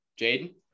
Jaden